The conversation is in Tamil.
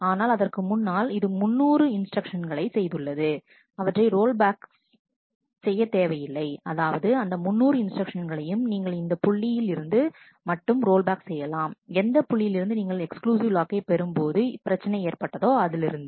ஆனால் இதற்கு முன்னால் இது 300 இன்ஸ்டிரக்ஷன் களை செய்துள்ளது அவற்றை ரோல்பேக் அது தேவையில்லை அதாவது அந்த 300 இன்ஸ்ட்ரக்ஷன் களையும் நீங்கள் இந்த புள்ளியில் இருந்து மட்டும் ரோல் பேக் செய்யலாம் எந்த புள்ளியிலிருந்து நீங்கள் எக்ஸ்க்ளூசிவ் லாக்கை பெறும்போது பிரச்சனை ஏற்பட்டதோ அதிலிருந்து